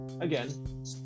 again